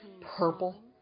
purple